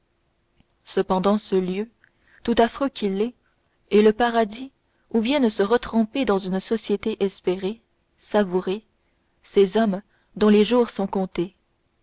cependant ce lieu tout affreux qu'il est est le paradis où viennent se retremper dans une société espérée savourée ces hommes dont les jours sont comptés